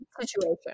situation